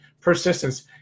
persistence